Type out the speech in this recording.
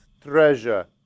treasure